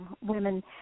women